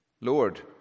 Lord